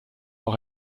auch